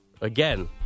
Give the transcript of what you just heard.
Again